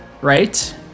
right